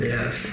Yes